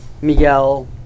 Miguel